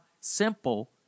simple